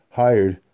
hired